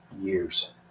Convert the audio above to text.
years